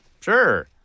Sure